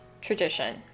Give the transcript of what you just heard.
tradition